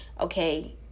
okay